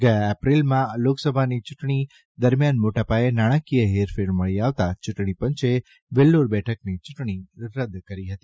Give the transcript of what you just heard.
ગથા એપ્રિલમાં લોકસભાની યૂંટણી દરમિયાન મોટાપાયે નાણાંકીય હેરફેર મળી આવતાં યૂંટણીપંચે વેલ્લોર બેઠકની યૂંટણી રદ કરી હતી